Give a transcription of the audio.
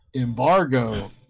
Embargo